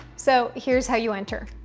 so, here's how you enter.